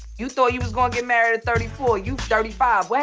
you thought you was gonna get married at thirty four, you thirty five.